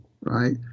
right